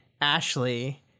Ashley